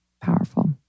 Powerful